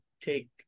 take